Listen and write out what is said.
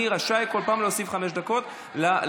אני רשאי כל פעם להוסיף חמש דקות לדובר.